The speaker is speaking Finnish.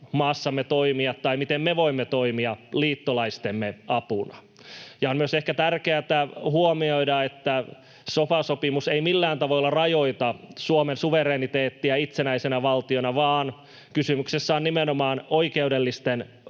maassamme toimia tai miten me voimme toimia liittolaistemme apuna. Ja on myös ehkä tärkeätä huomioida, että sofa-sopimus ei millään tavalla rajoita Suomen suvereniteettia itsenäisenä valtiona, vaan kysymyksessä on nimenomaan oikeudellisten